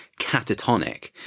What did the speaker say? catatonic